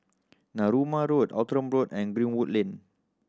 Narooma Road Outram Road and Greenwood Lane